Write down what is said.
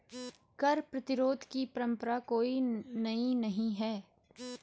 कर प्रतिरोध की परंपरा कोई नई नहीं है